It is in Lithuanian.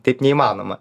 taip neįmanoma